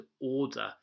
order